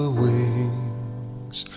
wings